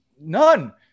none